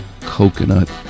coconut